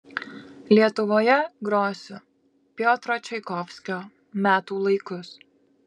lietuvoje grosiu piotro čaikovskio metų laikus